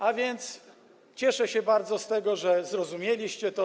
A więc cieszę się bardzo z tego, że zrozumieliście to.